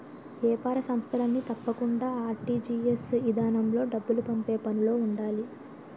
ఏపార సంస్థలన్నీ తప్పకుండా ఆర్.టి.జి.ఎస్ ఇదానంలో డబ్బులు పంపే పనులో ఉండాలి